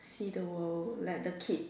see the world let the kid